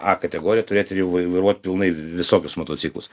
a kategoriją turėt ir jau vai vairuot pilnai visokius motociklus